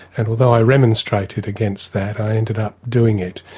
and although i remonstrated against that i ended up doing it.